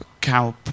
cow